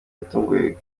yatunguwe